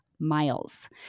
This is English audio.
miles